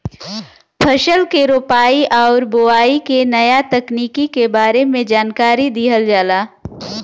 फसल के रोपाई आउर बोआई के नया तकनीकी के बारे में जानकारी दिहल जाला